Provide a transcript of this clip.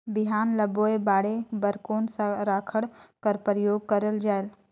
बिहान ल बोये बाढे बर कोन सा राखड कर प्रयोग करले जायेल?